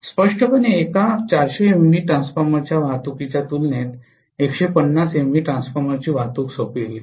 स्पष्टपणे एका 400 एमव्हीए ट्रान्सफॉर्मरच्या वाहतुकीच्या तुलनेत 150 एमव्हीए ट्रान्सफॉर्मरची वाहतूक सोपी होईल